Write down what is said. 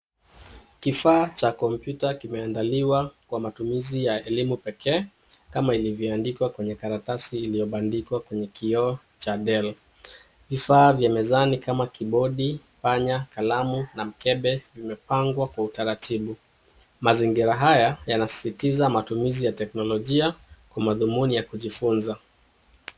Kifaa cha kompyuta kimeandaliwa kwa matumizi ya elimu pekee kama ilivyoandikwa kwenye karatasi iliyobandikwa kwenye kioo cha del. Vifaa vya mezani kama kibodi, panya, kalamu na mikebe imepangwa kwa utaratibu. Mazingira haya yanasisitiza matumizi ya teknolojia kwa madhumuni ya kujifunza.